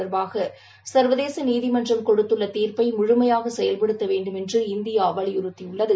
தொடர்பாக சர்வதேச நீதிமன்றம் கொடுத்துள்ள தீர்ப்பை முழுமையாக செயல்படுத்த வேண்டுமென்று இந்தியா வலியுறுத்தி உள்ளது